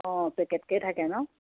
অঁ পেকেটকে থাকে ন